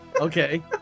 okay